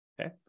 okay